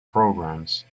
programmes